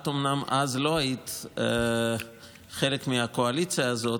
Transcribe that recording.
את אומנם אז לא היית חלק מהקואליציה הזאת,